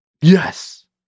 Yes